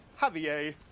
Javier